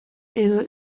edo